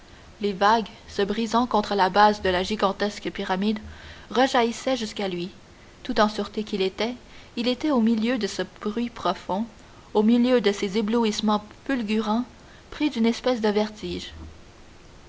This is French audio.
les vagues se brisant contre la base de la gigantesque pyramide rejaillissaient jusqu'à lui tout en sûreté qu'il était il était au milieu de ce bruit profond au milieu de ces éblouissements fulgurants pris d'une espèce de vertige